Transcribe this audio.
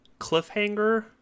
cliffhanger